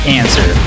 answer